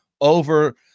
over